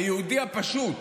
היהודי הפשוט,